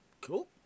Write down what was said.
Cool